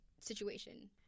situation